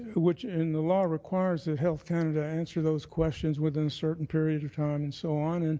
which in the law requires that health canada answer those questions within a certain period of time and so on. and